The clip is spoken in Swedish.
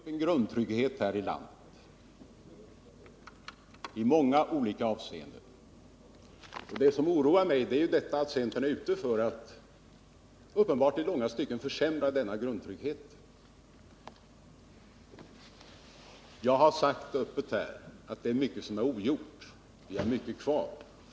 Herr talman! Vi har byggt upp en grundtrygghet här i landet i många olika avseenden. Det som oroar mig är att centern uppenbart är ute efter att i långa stycken försämra denna grundtrygghet. Jag har sagt att det finns mycket som är ogjort och att vi har mycket kvar att göra.